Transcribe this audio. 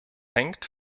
hängt